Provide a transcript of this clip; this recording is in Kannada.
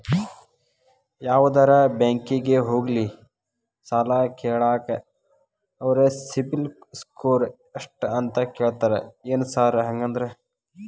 ಯಾವದರಾ ಬ್ಯಾಂಕಿಗೆ ಹೋಗ್ಲಿ ಸಾಲ ಕೇಳಾಕ ಅವ್ರ್ ಸಿಬಿಲ್ ಸ್ಕೋರ್ ಎಷ್ಟ ಅಂತಾ ಕೇಳ್ತಾರ ಏನ್ ಸಾರ್ ಹಂಗಂದ್ರ?